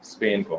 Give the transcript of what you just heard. Spain